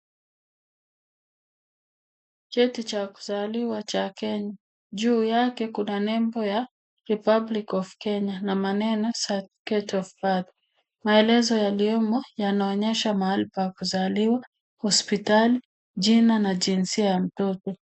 Cheti cha kuzaliwa cha Kenya, juu yake kuna nembo ya REPUBLIC OF KENYA na maneno za Date of Birth. Maelezo yaliomo yanaonyesha mahali pa kuzaliwa, hospitali, jina na jinsia ya mtoto.